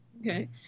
Okay